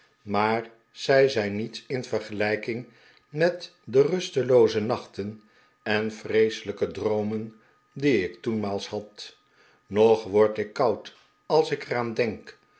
maar zij zijn niets in vergelijking met de rustelooze nachten en vreeselijke droomen die ik toenmaals had nog word ik koud als ik er aan denk